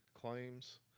claims